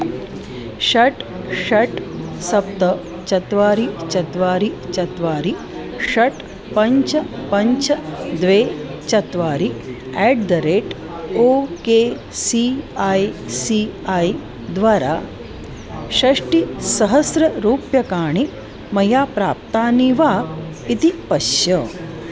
षट् षट् सप्त चत्वारि चत्वारि चत्वारि षट् पञ्च पञ्च द्वे चत्वारि at the rate O K C I C I द्वारा षष्ठिसहस्ररूप्यकाणि मया प्राप्तानि वा इति पश्य